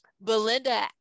Belinda